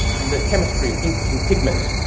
the chemistry of inks and pigments,